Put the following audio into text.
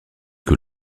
que